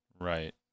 Right